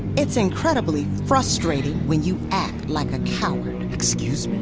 it's incredibly frustrating when you act like a coward excuse me?